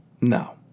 No